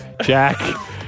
Jack